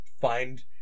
find